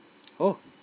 oh